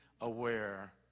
aware